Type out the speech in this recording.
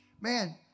Man